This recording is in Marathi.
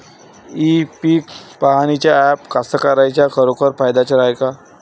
इ पीक पहानीचं ॲप कास्तकाराइच्या खरोखर फायद्याचं हाये का?